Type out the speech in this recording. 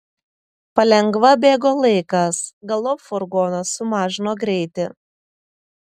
palengva bėgo laikas galop furgonas sumažino greitį